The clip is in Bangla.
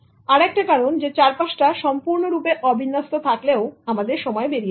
আর একটা কারণ চারপাশটা সম্পূর্ণরূপে অবিন্যস্ত থাকে